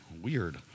weird